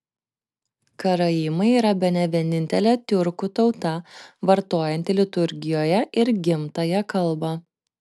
karaimai yra bene vienintelė tiurkų tauta vartojanti liturgijoje ir gimtąją kalbą